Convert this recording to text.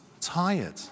tired